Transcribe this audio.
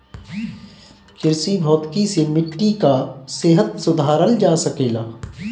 कृषि भौतिकी से मिट्टी कअ सेहत सुधारल जा सकेला